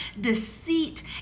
deceit